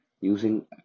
using